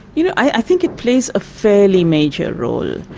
you know, i think it plays a fairly major role.